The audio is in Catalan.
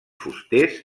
fusters